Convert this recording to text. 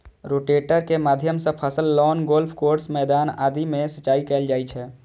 rotator के माध्यम सं फसल, लॉन, गोल्फ कोर्स, मैदान आदि मे सिंचाइ कैल जाइ छै